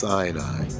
Sinai